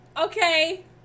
Okay